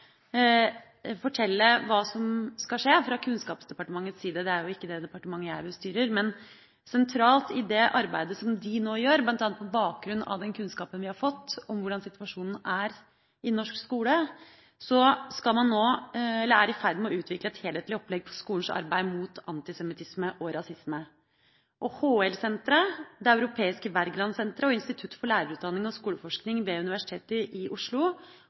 fortelle hva som skal skje fra Kunnskapsdepartementets side. Det er jo ikke det departementet jeg bestyrer, men sentralt i det arbeidet de nå gjør – bl.a. på bakgrunn av den kunnskapen vi har fått om hvordan situasjonen er i norsk skole – er de i ferd med å utvikle et helhetlig opplegg for skolens arbeid mot antisemittisme og rasisme. HL-senteret, Det europeiske Wergelandsenteret og Institutt for lærerutdanning og skoleforskning ved Universitetet i Oslo